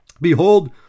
behold